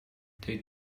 they